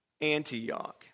Antioch